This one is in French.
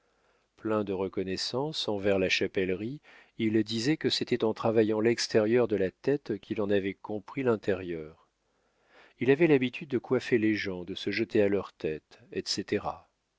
plein de reconnaissance envers la chapellerie il disait que c'était en travaillant l'extérieur de la tête qu'il en avait compris l'intérieur il avait l'habitude de coiffer les gens de se jeter à leur tête etc